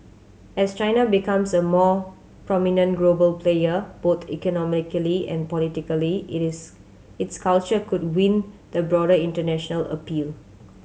as China becomes a more prominent global player both economically and politically it is its culture could win the broader international appeal